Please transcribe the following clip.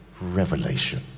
revelation